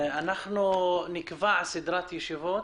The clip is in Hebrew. אנחנו נקבע סדרת ישיבות